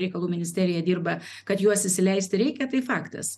reikalų ministerija dirba kad juos įsileisti reikia tai faktas